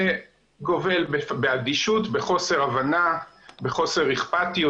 זה גובל באדישות, בחוסר הבנה, בחוסר אכפתיות.